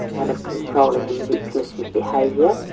and of controlling and behaviour.